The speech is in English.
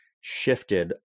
shifted